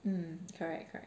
mm correct correct